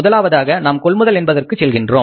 முதலாவதாக நாம் கொள்முதல் என்பதற்கு செல்கின்றோம்